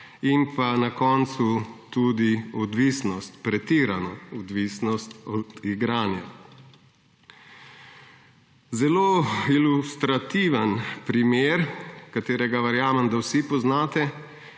in na koncu tudi odvisnost, pretirano odvisnost od igranja. Zelo ilustrativen primer, ki ga, verjamem, vsi poznate,